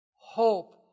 Hope